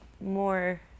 more